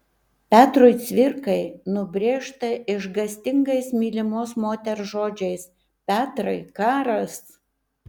petrui cvirkai nubrėžta išgąstingais mylimos moters žodžiais petrai karas